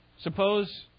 Suppose